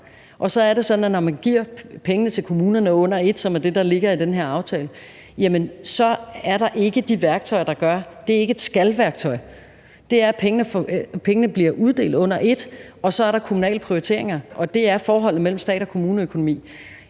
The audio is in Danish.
når man giver pengene til kommunerne under et, som er det, der ligger i den her aftale, så er det ikke et »skal«-værktøj. Så er det sådan, at pengene bliver uddelt under et, og så er der kommunale prioriteringer, og sådan er forholdet mellem statens og kommunernes økonomi.